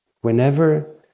whenever